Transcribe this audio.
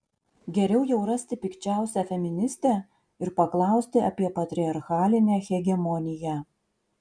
geriau jau rasti pikčiausią feministę ir paklausti apie patriarchalinę hegemoniją